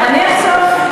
אני אחשוף.